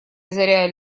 озаряя